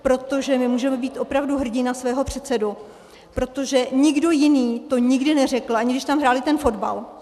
Protože my můžeme být opravdu hrdí na svého předsedu, protože nikdo jiný to nikdy neřekl, ani když tam hráli ten fotbal.